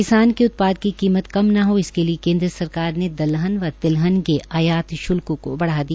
किसान के उत्पाद की कीमत कम न हो इसके लिए केन्द्र सरकार ने दलहन व तिलहन के आयात शुल्क को बढ़ा दिया